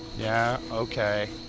yeah, okay,